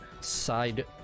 side